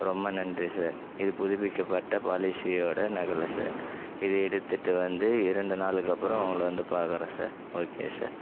ரொம்ப நன்றி சார் இது புதுப்பிக்கப்பட்ட பாலிசியோட நகல் சார் இதை எடுத்துவிட்டு வந்து இரண்டு நாளுக்கப்பறம் உங்களை வந்து பார்க்கறேன் சார் ஓகே சார்